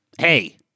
hey